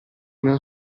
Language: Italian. non